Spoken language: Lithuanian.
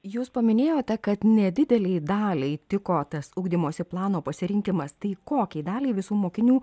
jūs paminėjote kad nedidelei daliai tiko tas ugdymosi plano pasirinkimas tai kokiai daliai visų mokinių